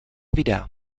videa